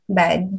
bad